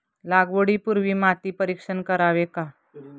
लागवडी पूर्वी माती परीक्षण करावे का?